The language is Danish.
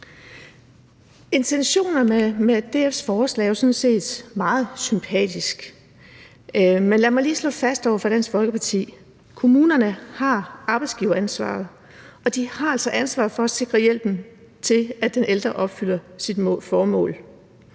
Intentionerne med DF's forslag er sådan set meget sympatiske, men lad mig lige slå fast over for Dansk Folkeparti: Kommunerne har arbejdsgiveransvaret, og de har altså ansvaret for at sikre, at hjælpen til den ældre opfylder sit formål.